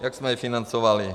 Jak jsme je financovali?